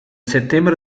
settembre